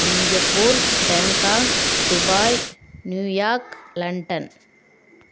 Singapore Bangkok Dubai New York London